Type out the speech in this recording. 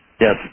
yes